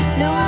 no